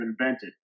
invented